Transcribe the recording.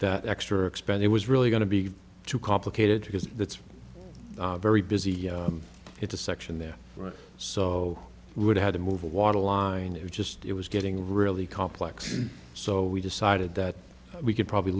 that extra expense it was really going to be too complicated because it's very busy it's a section there right so we would have to move a water line it was just it was getting really complex so we decided that we could probably